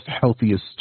healthiest